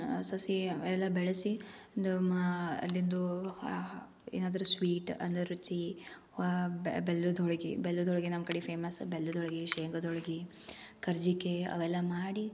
ಸಸಿ ಅವೆಲ್ಲ ಬೆಳಸಿ ಇದು ಮಾ ಅಲ್ಲಿಂದು ಏನಾದರೂ ಸ್ವೀಟ್ ಅಂದರೆ ರುಚಿ ವ ಬೆಲ್ಲದ ಹೋಳ್ಗೆ ಬೆಲ್ಲದ ಹೋಳ್ಗೆ ನಮ್ಮ ಕಡೆ ಫೇಮಸ್ ಬೆಲ್ಲದ ಹೋಳ್ಗೆ ಶೇಂಗದ ಹೋಳ್ಗೆ ಕರ್ಜಿಕಾಯ್ ಅವೆಲ್ಲ ಮಾಡಿ